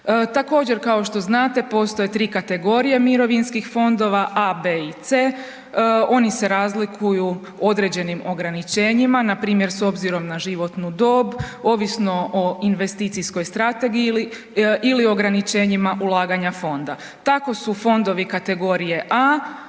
Također kao što znate, postoje 3 kategorije mirovinskih fondova, A, B i C. Oni se razlikuju određeni ograničenjima, npr. s obzirom na životnu dob, ovisno o investicijskoj strategiji ili, ili ograničenjima ulaganja fonda. Tako su fondovi kategorije A